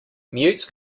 mutes